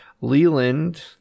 Leland